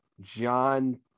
John